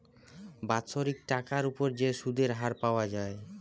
বাৎসরিক টাকার উপর যে সুধের হার পাওয়া যায়